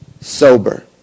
sober